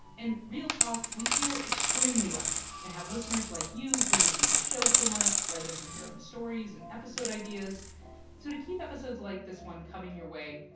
and, real talk, we feel extremely lucky to have listeners like you who listen to the show so much, write us with your own stories and episode ideas. so to keep episodes like this one coming your way,